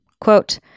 Quote